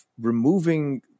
removing